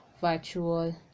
virtual